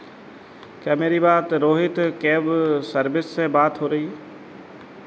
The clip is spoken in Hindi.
क्या मेरी बात रोहित कैब सर्विस से बात हो रही है